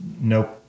Nope